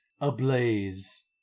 ablaze